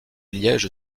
liège